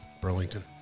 Burlington